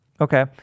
Okay